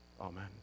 Amen